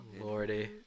Lordy